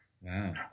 Wow